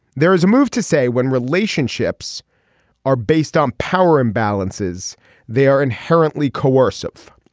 there is a move to say when relationships are based on power imbalances they are inherently coercive.